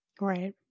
Right